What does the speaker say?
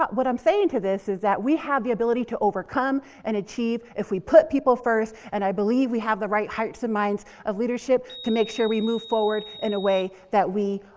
um what i'm saying to this is that we have the ability to overcome and achieve if we put people first, and i believe we have the right hearts and minds of leadership to make sure we move forward in a way that we,